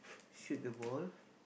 shoot the ball